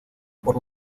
por